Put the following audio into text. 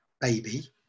baby